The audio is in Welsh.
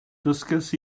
dysgais